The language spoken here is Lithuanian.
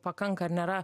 pakanka ir nėra